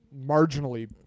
marginally